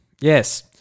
Yes